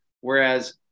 Whereas